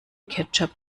ketchup